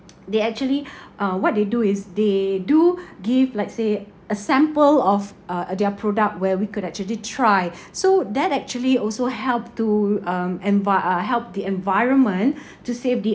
they actually uh what they do is they do give let's say a sample of uh their product where we could actually try so that actually also help to um envi~ uh help the environment to save the